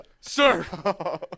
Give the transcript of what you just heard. sir